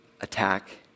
attack